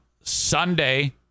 Sunday